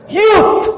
youth